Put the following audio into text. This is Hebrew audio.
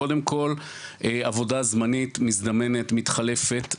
קודם כל עבודה זמנית, מזדמנת, מתחלפת.